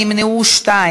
נא להצביע.